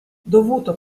dovuto